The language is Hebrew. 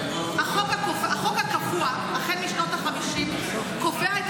שהחוק הקבוע החל משנות החמישים קובע את